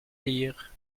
lire